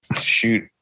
shoot